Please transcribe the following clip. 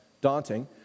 daunting